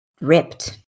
ripped